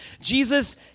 Jesus